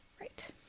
Right